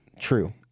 true